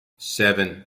seven